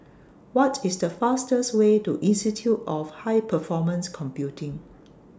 What IS The fastest Way to Institute of High Performance Computing